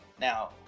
now